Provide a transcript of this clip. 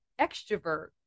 extrovert